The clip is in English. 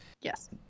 Yes